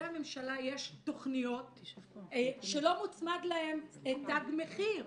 הממשלה יש תכניות שלא מוצמד להן תג מחיר.